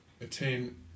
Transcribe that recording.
attain